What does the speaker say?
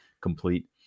complete